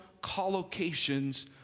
collocations